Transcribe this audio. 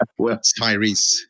Tyrese